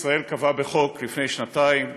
כנסת ישראל קבעה בחוק לפני שנתיים,